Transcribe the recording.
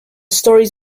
stories